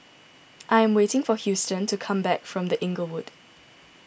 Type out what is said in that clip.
I am waiting for Huston to come back from the Inglewood